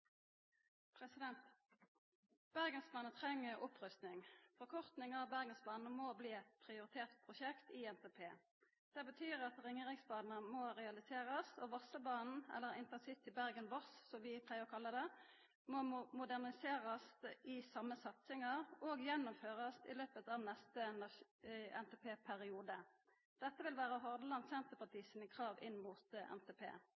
Bergensbanen treng opprusting. Forkorting av Bergensbanen må bli eit prioritert prosjekt i NTP. Det betyr at Ringeriksbanen må realiserast, og Vossebanen – eller intercity Bergen–Voss, som vi pleier kalla det – må moderniserast i same satsinga, og gjennomførast i løpet av neste NTP-periode. Dette vil vera Hadeland Senterparti sine krav inn mot NTP.